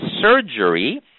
surgery